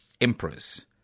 emperors